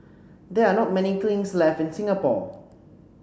there are not many kilns left in Singapore